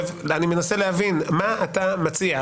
אני מנסה להבין מה אתה מציע.